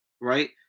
right